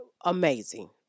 amazing